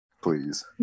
Please